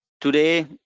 Today